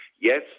Yes